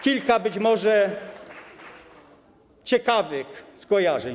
Kilka być może ciekawych skojarzeń.